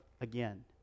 again